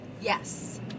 Yes